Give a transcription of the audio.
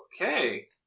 Okay